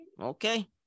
Okay